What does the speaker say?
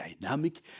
dynamic